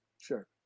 Sure